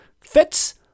fits